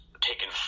taken